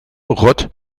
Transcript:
rod